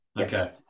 Okay